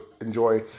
enjoy